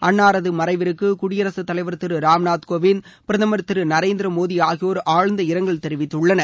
அன்னாரது மறைவிற்கு குடியரசுத் தலைவர் திரு ராம்நாத் கோவிந்த் பிரதமர்திரு நரேந்திரமோடி ஆகியோர் ஆழ்ந்த இரங்கல் தெரிவித்துள்ளனர்